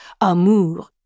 amour